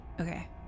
Okay